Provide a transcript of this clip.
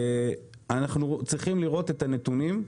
אנחנו צריכים לראות את הנתונים.